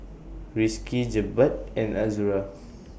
Rizqi Jebat and Azura